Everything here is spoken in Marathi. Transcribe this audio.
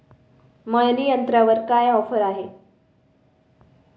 मळणी यंत्रावर काय ऑफर आहे?